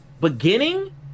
beginning